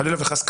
חס וחלילה,